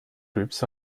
groups